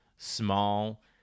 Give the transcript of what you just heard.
Small